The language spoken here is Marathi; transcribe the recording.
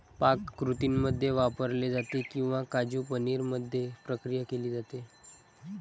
पाककृतींमध्ये वापरले जाते किंवा काजू पनीर मध्ये प्रक्रिया केली जाते